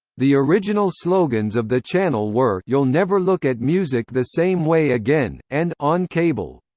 the original slogans of the channel were you'll never look at music the same way again, and on cable.